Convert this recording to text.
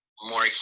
more